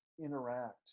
interact